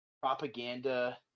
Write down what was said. Propaganda